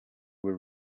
will